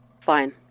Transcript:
fine